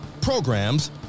programs